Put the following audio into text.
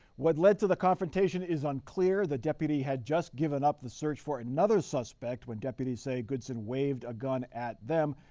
what led to the confrontation is unclear, the deputy had just given up the search for another suspect when deputies say goodson waved a gun at them.